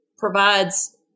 Provides